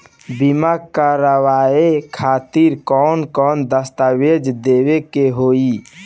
बीमा करवाए खातिर कौन कौन दस्तावेज़ देवे के होई?